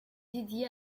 dédié